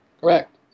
Correct